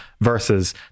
versus